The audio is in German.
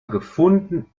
gefunden